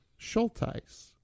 Schulteis